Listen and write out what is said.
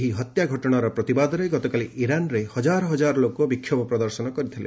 ଏହି ହତ୍ୟା ଘଟଣାର ପ୍ରତିବାଦରେ ଗତକାଲି ଇରାନରେ ହଜାର ହଜାର ଲୋକ ବିକ୍ଷୋଭ ପ୍ରଦର୍ଶନ କରିଥିଲେ